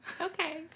okay